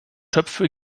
töpfe